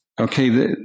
Okay